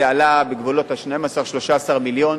זה עלה בגבולות ה-12 13 מיליון,